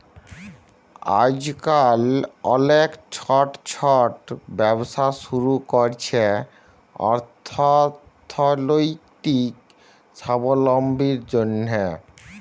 আইজকাল অলেক ছট ছট ব্যবসা ছুরু ক্যরছে অথ্থলৈতিক সাবলম্বীর জ্যনহে